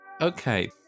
okay